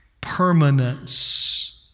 permanence